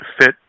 fit